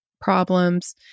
problems